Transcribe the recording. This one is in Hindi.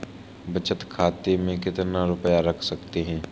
बचत खाते में कितना रुपया रख सकते हैं?